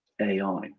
AI